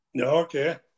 Okay